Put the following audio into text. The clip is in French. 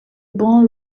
bon